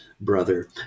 brother